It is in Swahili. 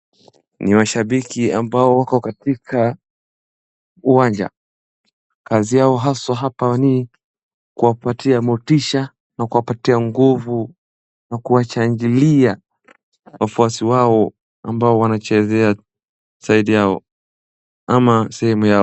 Ni washambiki ambao wako katika uwanja. Kazi yao haswa hapa ni kuwapatia motisha na kuwapatia nguvu na kuwashangilia wafuasi wao ambao wanachezea side yao ama sehemu yao.